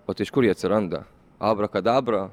vat iš kurie atsiranda abrakadabra